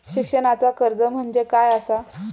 शिक्षणाचा कर्ज म्हणजे काय असा?